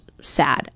sad